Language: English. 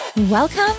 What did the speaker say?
welcome